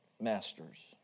masters